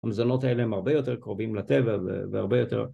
המזונות האלה הן הרבה יותר קרובים לטבע והרבה יותר